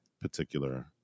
particular